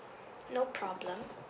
no problem